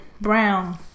brown